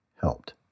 helped